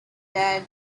that